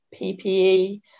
PPE